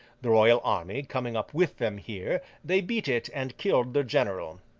the royal army coming up with them here, they beat it and killed their general.